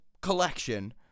collection